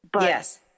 Yes